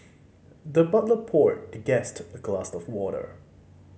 the butler poured the guest a glass of water